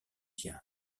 diaz